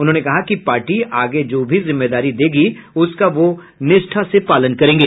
उन्होंने कहा कि पार्टी आगे जो भी जिम्मेदारी देगी उसक वो निष्ठा से पालन करेंगे